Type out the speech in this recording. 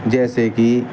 جیسے کہ